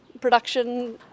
production